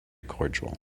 cordial